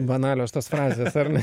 banalios tos frazės ar ne